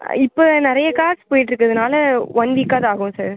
இப்போ நிறைய கார்ஸ் போயிட்டுருக்கிறதுனால ஒன் வீக்காது ஆகும் சார்